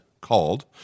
called